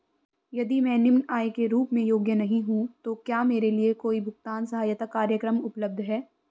यदि मैं निम्न आय के रूप में योग्य नहीं हूँ तो क्या मेरे लिए कोई भुगतान सहायता कार्यक्रम उपलब्ध है?